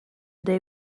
day